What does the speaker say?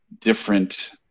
different